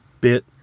bit